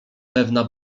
pewna